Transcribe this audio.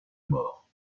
mort